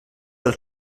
del